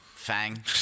fang